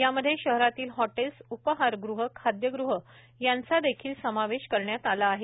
या मध्ये शहरातील हॉटेल्स उपहारग़ह खाद्यग़ह यांचा देखील समावेश करण्यात आला आहे